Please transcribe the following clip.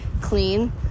clean